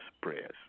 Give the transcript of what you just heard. prayers